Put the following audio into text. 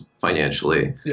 financially